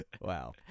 Wow